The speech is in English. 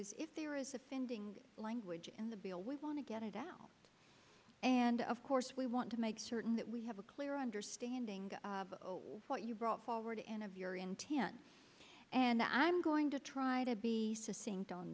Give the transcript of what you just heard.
is if there is offending language in the bill with want to get it down and of course we want to make certain that we have a clear understanding of what you brought forward and of your intent and i'm going to try to be